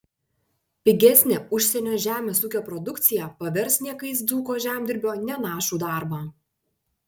pigesnė užsienio žemės ūkio produkcija pavers niekais dzūko žemdirbio nenašų darbą